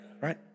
right